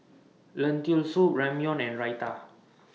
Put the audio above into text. Lentil Soup Ramyeon and Raita